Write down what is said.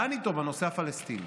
דן איתו בנושא הפלסטיני.